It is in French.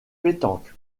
pétanque